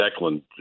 Declan